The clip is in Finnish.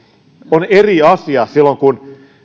on eri asia silloin kun